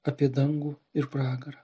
apie dangų ir pragarą